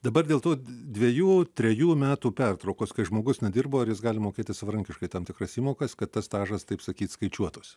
dabar dėl tų dvejų trejų metų pertraukos kai žmogus nedirbo ar jis gali mokėtis savarankiškai tam tikras įmokas kad tas stažas taip sakyt skaičiuotųsi